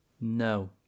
No